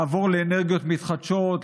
לעבור לאנרגיות מתחדשות,